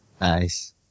Nice